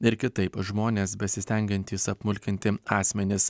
ir kitaip žmones besistengiantys apmulkinti asmenys